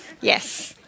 Yes